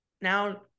now